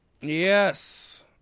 Yes